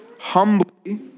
humbly